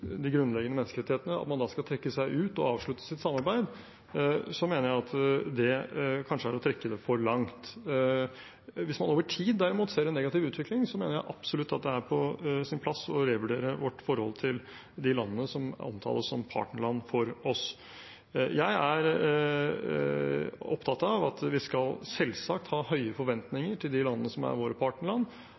de grunnleggende menneskerettighetene, skal man trekke seg ut og avslutte sitt samarbeid, mener jeg det kanskje er å trekke det for langt. Hvis man over tid derimot ser en negativ utvikling, mener jeg absolutt det er på sin plass å revurdere vårt forhold til de landene som omtales som partnerland for oss. Jeg er opptatt av at vi skal selvsagt ha høye forventninger til de landene som er våre partnerland,